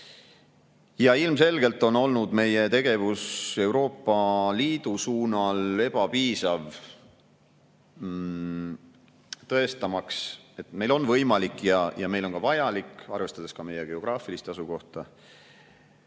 Ilmselgelt on olnud meie tegevus Euroopa Liidu suunal ebapiisav, tõestamaks, et meil on võimalik ja meil on ka vajalik, arvestades meie geograafilist asukohta,